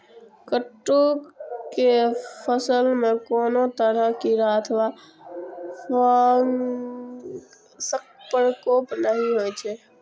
कट्टू के फसल मे कोनो तरह कीड़ा अथवा फंगसक प्रकोप नहि होइ छै